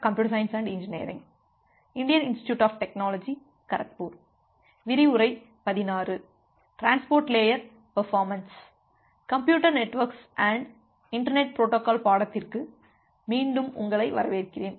computer networks and internet protocol பாடத்திற்கு மீண்டும் உங்களை வரவேற்கிறேன்